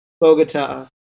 Bogota